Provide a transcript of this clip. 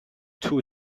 two